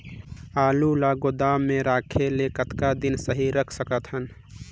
आलू ल गोदाम म रखे ले कतका दिन सही रख सकथन?